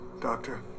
Doctor